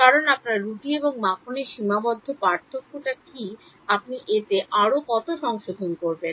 কারণ আপনার রুটি এবং মাখনের সীমাবদ্ধ পার্থক্য কী আপনি এতে আরও কত সংশোধন করবেন